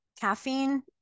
caffeine